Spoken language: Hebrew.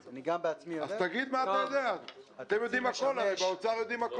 אפילו מעבר לים מכירים בכך,